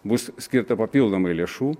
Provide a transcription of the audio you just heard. bus skirta papildomai lėšų